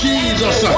Jesus